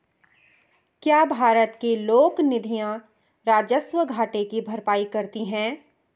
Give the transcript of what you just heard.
क्या भारत के लोक निधियां राजस्व घाटे की भरपाई करती हैं?